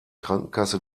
krankenkasse